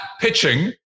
pitching